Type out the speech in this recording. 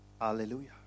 Hallelujah